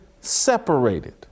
separated